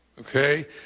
Okay